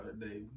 today